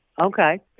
Okay